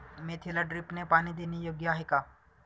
मेथीला ड्रिपने पाणी देणे योग्य आहे का?